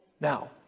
Now